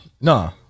No